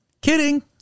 Kidding